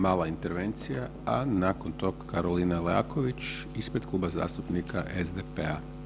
Mala intervencija, a nakon tog Karolina Leaković ispred Kluba zastupnika SDP-a.